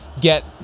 get –